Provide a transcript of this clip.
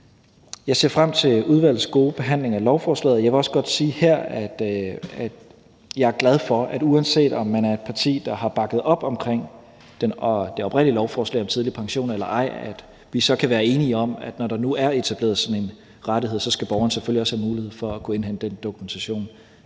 Jeg ser frem til udvalgets gode behandling af lovforslaget, og jeg vil også godt sige her, at jeg er glad for, at vi, uanset om man repræsenterer et parti, der har bakket op om det oprindelige lovforslag om tidlig pension eller ej, så kan være enige om, at når der nu er etableret sådan en rettighed, skal borgeren selvfølgelig også have mulighed for at kunne indhente den dokumentation,